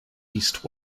east